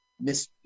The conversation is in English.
Miss